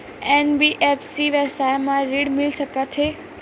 NBFC व्यवसाय मा ऋण मिल सकत हे